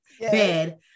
bed